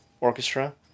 Orchestra